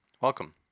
Welcome